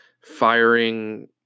firing